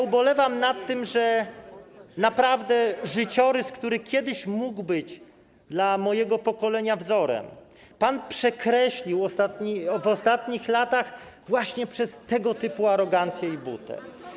Ubolewam nad tym, że życiorys, który kiedyś mógł być dla mojego pokolenia wzorem, pan przekreślił w ostatnich latach właśnie przez tego typu arogancję i butę.